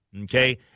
okay